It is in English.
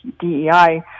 DEI